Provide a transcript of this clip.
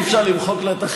טוב שיש את מרצ.